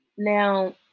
Now